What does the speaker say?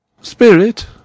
Spirit